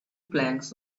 planks